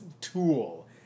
tool